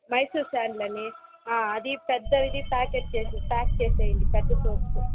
Mysore sandal అని ఆ అది పెద్దది ప్యాకెట్ చేసేయండి ప్యాక్ చేసేయండి పెద్ద సోప్సు